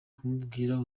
kumubwira